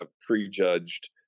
prejudged